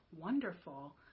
wonderful